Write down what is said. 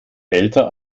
älter